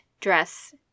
dress